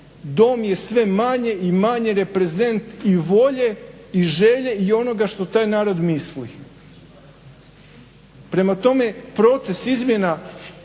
Dom je sve manje i manje reprezent i volje i želje i onoga što taj narod misli. Prema tome, proces izmjena